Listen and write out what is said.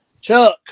Chuck